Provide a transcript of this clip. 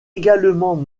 également